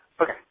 Okay